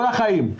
כל החיים.